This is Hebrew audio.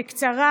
בקצרה,